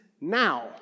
now